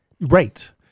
Right